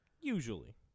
Usually